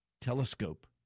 telescope